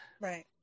Right